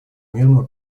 мирного